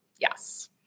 Yes